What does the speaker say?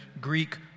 Greek